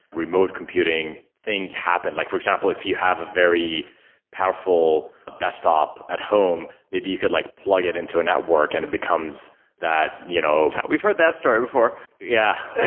remote computing thing happen. like for example, if you have a very powerful desktop at home, maybe you could like plug it into a network and it becomes that you know we've heard that story before yeah.